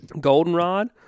goldenrod